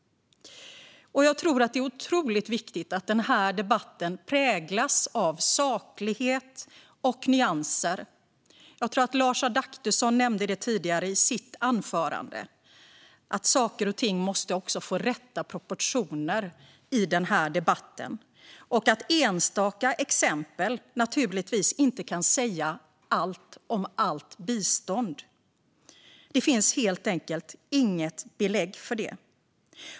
Jag tror att det är otroligt viktigt att denna debatt präglas av saklighet och nyanser, och som jag tror att Lars Adaktusson nämnde i sitt anförande måste saker och ting få rätt proportioner i debatten. Enstaka exempel kan naturligtvis inte säga allt om allt bistånd. Det finns helt enkelt inga belägg för det.